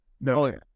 No